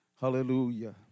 Hallelujah